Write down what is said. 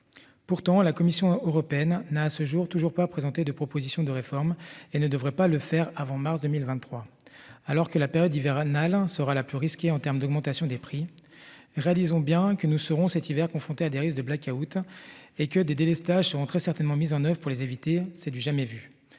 Pourtant, la Commission européenne n'a à ce jour toujours pas présenté de propositions de réforme et ne devrait pas le faire avant mars 2023, alors que la période hivernale hein sera la plus risquée en terme d'augmentation des prix. Réalisons bien que nous serons cet hiver, confrontés à des risques de Blackout. Et que des délestages seront très certainement mises en oeuvre pour les éviter. C'est du jamais vu,